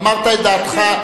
אמרת את דעתך,